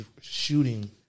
shooting